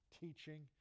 teaching